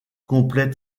complète